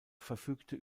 verfügte